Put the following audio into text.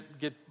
get